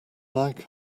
like